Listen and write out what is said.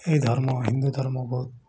ଏଇ ଧର୍ମ ହିନ୍ଦୁ ଧର୍ମ ବହୁତ